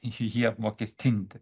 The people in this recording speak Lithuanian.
jį apmokestinti